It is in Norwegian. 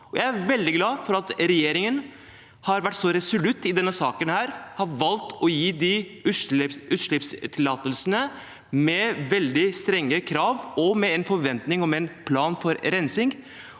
Jeg er veldig glad for at regjeringen har vært så resolutt i denne saken og har valgt å gi de utslippstillatelsene, med veldig strenge krav og med en forventning om en plan for rensing,